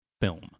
film